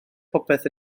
popeth